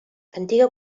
antiga